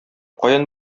каян